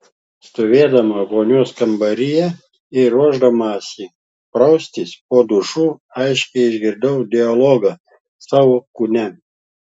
stovėdama vonios kambaryje ir ruošdamasi praustis po dušu aiškiai išgirdau dialogą savo kūne